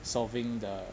solving the